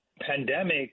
pandemic